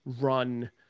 run